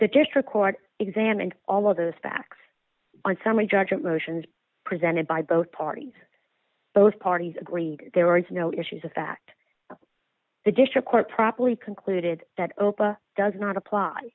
the district court examined all of those facts and summary judgment motions presented by both parties both parties agree there was no issues of fact the district court properly concluded that opa does not apply